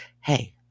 hey